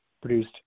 produced